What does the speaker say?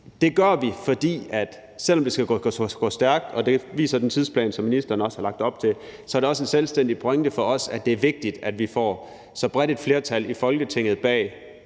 det for os, selv om det skal gå stærkt – og det viser den tidsplan, som ministeren har lagt op til, også – er en selvstændig pointe, at det er vigtigt, at vi får så bredt et flertal i Folketinget bag